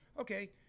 okay